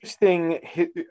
interesting